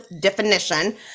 definition